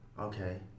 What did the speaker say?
Okay